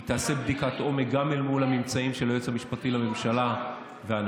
היא תעשה בדיקת עומק גם אל מול הממצאים של היועץ המשפטי לממשלה ואנשיו.